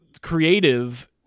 creative